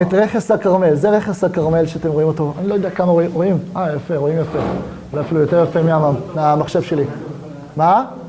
את רכס הכרמל, זה רכס הכרמל שאתם רואים אותו, אני לא יודע כמה רואים, אה יפה, רואים יפה. אולי אפילו יותר יפה מהמחשב שלי, מה?